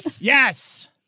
Yes